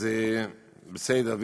אז בסדר,